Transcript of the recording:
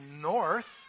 north